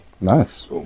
Nice